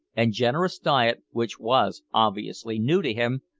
and generous diet, which was obviously new to him,